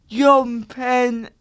jumping